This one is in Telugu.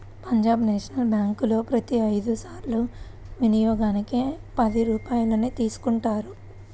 పంజాబ్ నేషనల్ బ్యేంకులో ప్రతి ఐదు సార్ల వినియోగానికి పది రూపాయల్ని తీసుకుంటారు